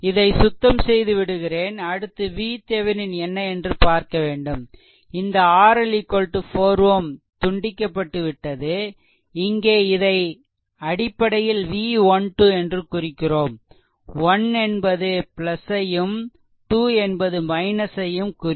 இதை சுத்தம் செய்து விடுகிறேன் அடுத்து VThevenin என்ன என்று பார்க்கவேண்டும் இந்த RL 4 Ω துண்டிக்கப்பட்டுவிட்டது இங்கே இதை அடிப்படையில் V 1 2 என்று குறிக்கிறோம் 1 என்பது ஐயும் 2 என்பது - ஐயும் குறிக்கும்